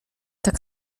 tak